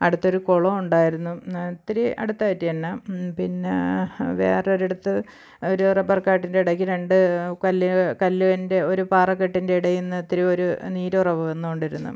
അടുത്ത് ഒരു കുളം ഉണ്ടായിരുന്നു ഇത്തിരി അടുത്തായിട്ട് തന്നെ പിന്നെ വേറെ ഒരിടത്ത് ഒരു റബ്ബര് കാട്ടിൻറെ ഇടയ്ക്ക് രണ്ട് കല്ലുകള് കല്ലിന്റെ ഒരു പാറകെട്ടിന്റെ ഇടയിൽ നിന്ന് ഇത്തിരി ഒരു നീരുറവ വന്നു കൊണ്ടിരുന്നു